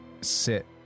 sit